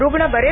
रुग्ण बरे